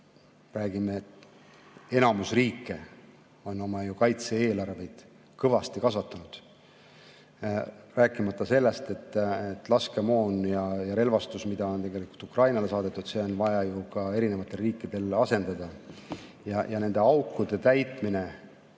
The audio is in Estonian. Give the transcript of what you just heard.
räägime, et enamik riike on oma kaitse-eelarvet kõvasti kasvatanud. Rääkimata sellest, et laskemoon ja relvastus, mis on Ukrainale saadetud, on vaja ju ka erinevatel riikidel asendada. Ja nende aukude täitmine,